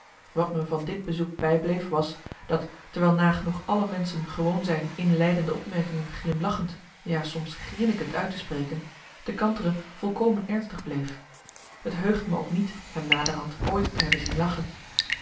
wat me van dit bezoek bijbleef was dat terwijl nagenoeg alle menschen gewoon zijn inleidende opmerkingen glimlachend ja soms grinnikend uit te spreken de kantere volkomen ernstig bleef het heugt me ook niet hem naderhand ooit te hebben zien lachen